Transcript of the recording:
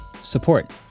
support